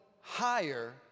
higher